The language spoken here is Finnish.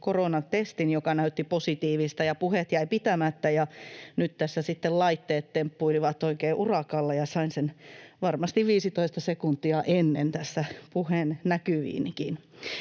koronatestin, joka näytti positiivista, ja puheet jäivät pitämättä. Nyt tässä sitten laitteet temppuilivat oikein urakalla, ja sainkin puheen näkyviini